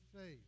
faith